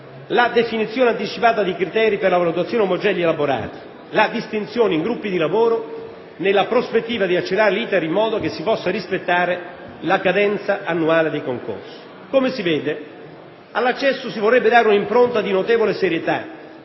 la definizione anticipata dei criteri per la valutazione omogenea degli elaborati, la distinzione in gruppi di lavoro, nella prospettiva di accelerare l'*iter*, in modo che si possa rispettare la cadenza annuale dei concorsi. Come si vede, all'accesso si vorrebbe dare un'impronta di notevole serietà,